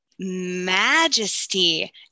majesty